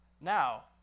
Now